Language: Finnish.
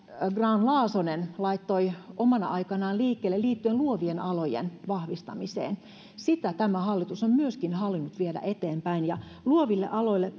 grahn laasonen laittoi omana aikanaan liikkeelle liittyen luovien alojen vahvistamiseen tämä hallitus on myöskin halunnut viedä eteenpäin luoville aloille